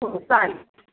हो चालेल